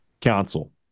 Council